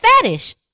fetish